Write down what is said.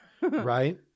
Right